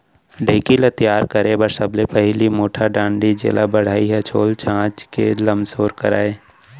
ढेंकी ल तियार करे बर सबले पहिली मोटहा डांड़ी जेला बढ़ई ह छोल चांच के लमसोर करय